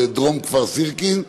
של דרום כפר סירקין.